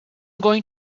going